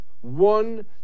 one